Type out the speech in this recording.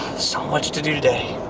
so much to do today.